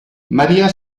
maria